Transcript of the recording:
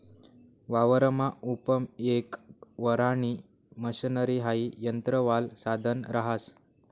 वावरमा उपयेग व्हणारी मशनरी हाई यंत्रवालं साधन रहास